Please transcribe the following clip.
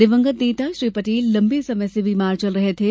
दिवंगत नेता श्री पटेल लम्बे समय से बीमार चल रहे थे